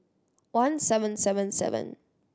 one seven seven seven